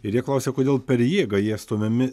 ir jie klausia kodėl per jėgą jie stumiami